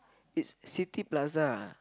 it's City Plaza